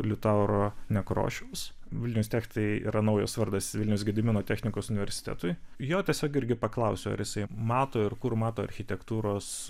liutauro nekrošiaus vilnius tech tai yra naujas vardas vilniaus gedimino technikos universitetui jo tiesiog irgi paklausiau ar jisai mato ir kur mato architektūros